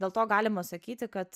dėl to galima sakyti kad